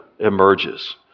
emerges